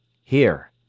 Here